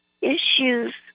issues